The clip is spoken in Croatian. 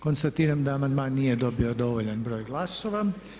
Konstatiram da amandman nije dobio dovoljan broj glasova.